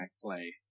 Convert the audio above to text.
play